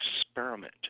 experiment